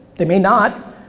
they may not.